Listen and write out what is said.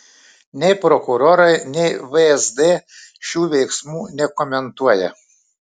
nei prokurorai nei vsd šių veiksmų nekomentuoja